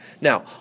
Now